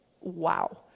Wow